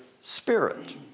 spirit